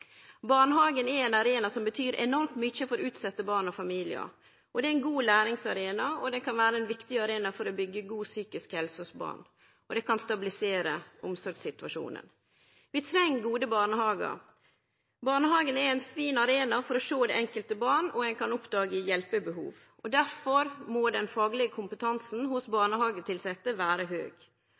Barnehagen er ein arena som betyr enormt mykje for utsette barn og familiar, og det er ein god læringsarena. Det kan vere ein viktig arena for å byggje god psykisk helse hos barn, og det kan stabilisere omsorgssituasjonen. Vi treng gode barnehagar. Barnehagen er ein fin arena for å sjå det enkelte barn, og ein kan oppdage hjelpebehov. Difor må den faglege kompetansen hos barnehagetilsette vere høg.